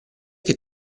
che